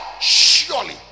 surely